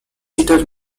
hitter